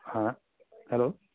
হাঁ হেল্ল'